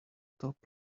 top